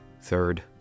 third